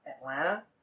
Atlanta